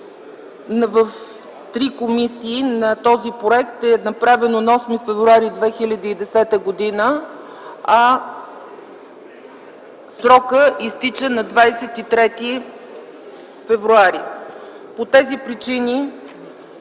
в три комисии на този проект е направено на 8 февруари 2010 г., а срокът изтича на 23 февруари. По тези причини